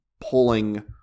pulling